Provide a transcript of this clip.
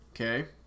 Okay